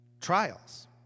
Trials